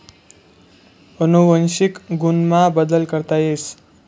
अनुवंशिक गुण मा बदल करता येस